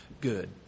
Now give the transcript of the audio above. good